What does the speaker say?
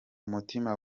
mutima